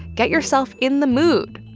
get yourself in the mood.